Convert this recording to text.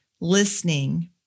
listening